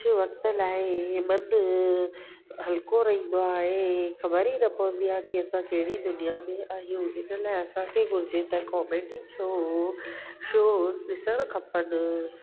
कुझु वक़्तु लाइ मनु हलिको रहंदो आहे ख़बर ई न पवंदी आ्हे की असां कहिड़ी दुनिया में आहियूं हिन लाइ असांखे घुरिजे त कॉमेडी शो शोज़ ॾिसणु खपनि